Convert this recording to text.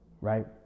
right